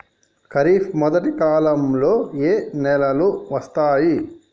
ఖరీఫ్ మొదటి కాలంలో ఏ నెలలు వస్తాయి?